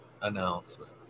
announcement